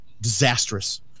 disastrous